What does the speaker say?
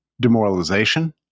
demoralization